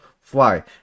fly